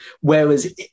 Whereas